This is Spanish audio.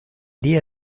día